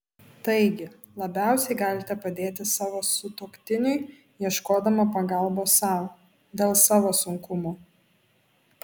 taigi labiausiai galite padėti savo sutuoktiniui ieškodama pagalbos sau dėl savo sunkumo